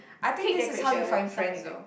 cake decorations and stuff like that